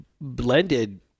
blended